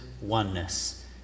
oneness